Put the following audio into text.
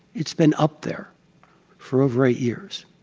it's been up there for over eight years.